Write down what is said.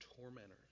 tormentors